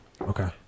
Okay